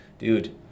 Dude